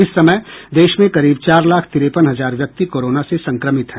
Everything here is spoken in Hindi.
इस समय देश में करीब चार लाख तिरेपन हजार व्यक्ति कोरोना से संक्रमित हैं